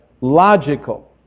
logical